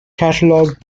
catalogued